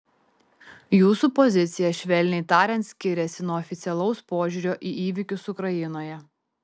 jūsų pozicija švelniai tariant skiriasi nuo oficialaus požiūrio į įvykius ukrainoje